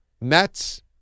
Mets